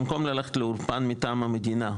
במקום ללכת לאולפן מטעם המדינה,